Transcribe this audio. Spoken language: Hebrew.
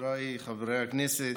חבריי חברי הכנסת,